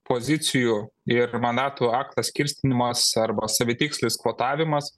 pozicijų ir mandatų aklas skirstymas arba savitikslis kvotavimas